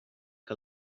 que